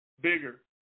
bigger